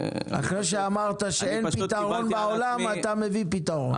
אחרי שאמרת שאין פתרון בעולם, אתה מביא פתרון.